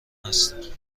هستیم